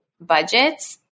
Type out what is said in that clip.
budgets